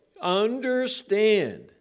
understand